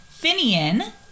Finian